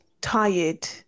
tired